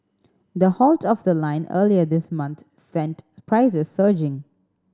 the halt of the line earlier this month sent prices surging